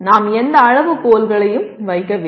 நாம் எந்த அளவுகோல்களையும் வைக்கவில்லை